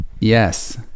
yes